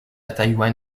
taïwan